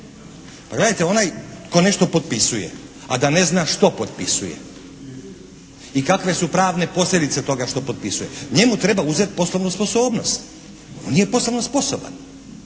Pa gledajte, onaj tko nešto potpisuje a da ne zna što potpisuje i kakve su pravne posljedice toga što potpisuje njemu treba uzeti poslovnu sposobnost, on nije poslovno sposoban.